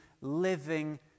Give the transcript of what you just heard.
living